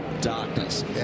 darkness